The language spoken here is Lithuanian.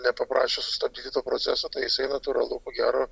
nepaprašę sustabdyti to proceso tai jisai natūralu ko gero